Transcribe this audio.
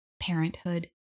parenthood